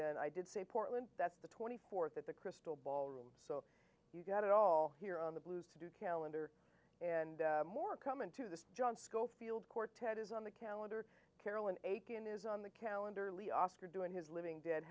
then i did say portland that's the twenty fourth at the crystal ball room so you've got it all here on the blues to do calendar and more come into this john scofield quartet is on the calendar carolyn aiken is on the calendar lee oskar doing his living d